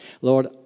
Lord